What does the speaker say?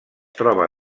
troba